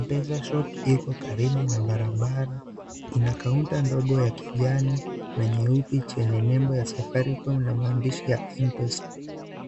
Mpesa Shop iko karibu na barabara, ina kaunta ndogo ya kijani na nyeusi chenye nembo ya Safaricom na maandishi ya Mpesa.